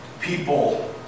people